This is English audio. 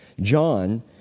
John